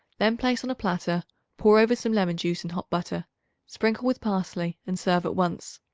then place on a platter pour over some lemon-juice and hot butter sprinkle with parsley and serve at once.